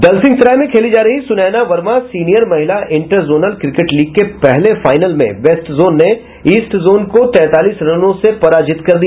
दलसिंहसराय में खेली जा रही सुनैना वर्मा सीनियर महिला इंटर जोनल क्रिकेट लीग के पहले फाइनल में बेस्ट जोन ने ईस्ट जोन को तैंतालीस रनों से पराजित कर दिया